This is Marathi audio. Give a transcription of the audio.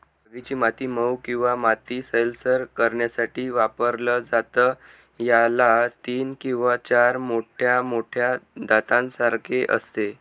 बागेची माती मऊ किंवा माती सैलसर करण्यासाठी वापरलं जातं, याला तीन किंवा चार मोठ्या मोठ्या दातांसारखे असते